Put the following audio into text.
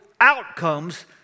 outcomes